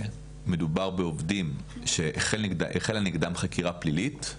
מדובר בעובדים שהחלה נגדם חקירה פלילית.